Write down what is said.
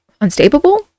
Unstable